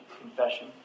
Confession